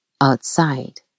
outside